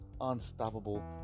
unstoppable